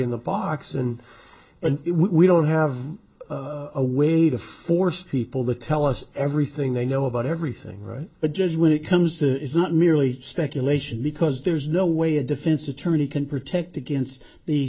in the box and and we don't have a way to force people to tell us everything they know about everything right the judge when it comes to is not merely speculation because there's no way a defense attorney can protect against the